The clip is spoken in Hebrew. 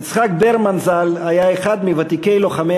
יצחק ברמן ז"ל היה מוותיקי לוחמי